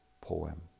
poem